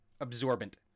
absorbent